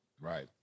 Right